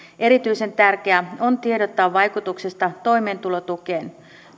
erityisen tärkeää on tiedottaa vaikutuksista toimeentulotukeen